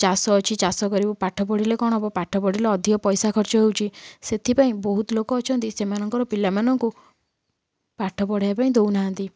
ଚାଷ ଅଛି ଚାଷ କରିବୁ ପାଠ ପଢ଼ିଲେ କ'ଣ ହେବ ପାଠ ପଢ଼ିଲେ ଅଧିକ ପଇସା ଖର୍ଚ୍ଚ ହେଉଛି ସେଥିପାଇଁ ବହୁତ ଲୋକ ଅଛନ୍ତି ସେମାନଙ୍କର ପିଲାମାନଙ୍କୁ ପାଠ ପଢ଼ାଇବା ପାଇଁ ଦଉନାହାଁନ୍ତି